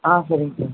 ஆ சரிங்க சார்